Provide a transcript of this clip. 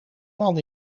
man